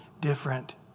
different